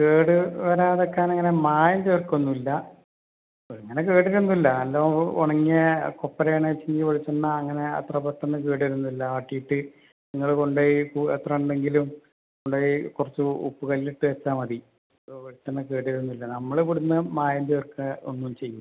കേട് വരാതെ നിൽക്കാൻ അങ്ങനെ മായം ചേർക്കുകയൊന്നും ഇല്ല അങ്ങനെ കേടുവരികയൊന്നും ഇല്ല നനല്ല്ലവണ്ണം ഉണങ്ങിയ കൊപ്രയാണ് വെച്ചെങ്കിൽ വെളിച്ചെണ്ണ അങ്ങനെ അത്ര പെട്ടന്ന് കേട് വരികയൊന്നും ഇല്ല ആട്ടിയിട്ട് നിങ്ങൾ കൊണ്ടുപോയി എത്രയുണ്ടെങ്കിലും കൊണ്ടുപോയി കുറച്ച് ഉപ്പ് കല്ലിട്ട് വെച്ചാൽ മതി വെളിച്ചെണ്ണ കേടുവരികയൊന്നും ഇല്ല നമ്മൾ ഇവിടെ നിന്ന് മായം ചേർക്കുകയോ ഒന്നും ചെയ്യില്ല